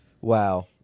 Wow